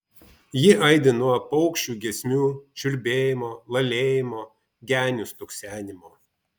ji aidi nuo paukščių giesmių čiulbėjimo lalėjimo genių stuksenimo